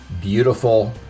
beautiful